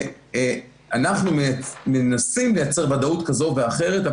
אנחנו מנסים לייצר ודאות כזו ואחרת,